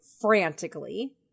frantically